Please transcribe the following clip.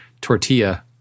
tortilla